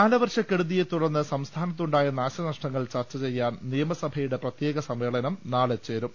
കാലവർഷക്കെടുതിയെ തുടർന്ന് സംസ്ഥാനത്തുണ്ടായ നാശ നഷ്ടങ്ങൾ ചർച്ച ചെയ്യാൻ നിയമസഭയുടെ പ്രത്യേക സമ്മേളനം നാളെ ചേരും